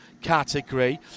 category